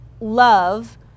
love